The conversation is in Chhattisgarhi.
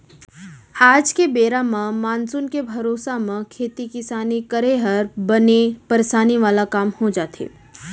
आज के बेरा म मानसून के भरोसा म खेती किसानी करे हर बने परसानी वाला काम हो जाथे